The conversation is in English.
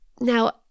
now